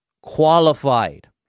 qualified